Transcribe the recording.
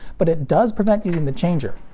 but it does prevent using the changer.